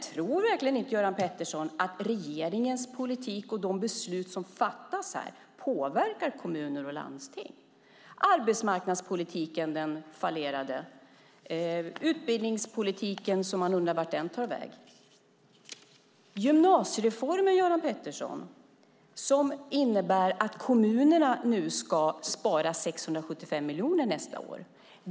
Tror verkligen Göran Pettersson att regeringens politik och de beslut som fattas här inte påverkar kommuner och landsting? Det handlar om den fallerade arbetsmarknadspolitiken och om utbildningspolitiken, som man undrar vart den har tagit vägen. Gymnasiereformen innebär att kommunerna nästa år ska spara 675 miljoner.